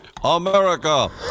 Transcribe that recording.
America